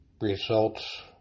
results